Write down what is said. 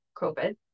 COVID